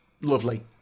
lovely